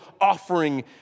offering